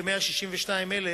כ-162,000,